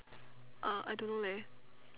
uh I don't know leh